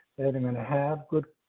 and i'm going to have good.